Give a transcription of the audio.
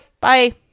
Bye